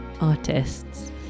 artists